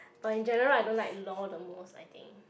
for in general I don't like lol the most I think